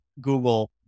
Google